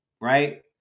right